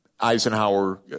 Eisenhower